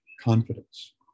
confidence